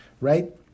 right